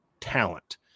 talent